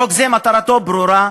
חוק זה מטרתו ברורה: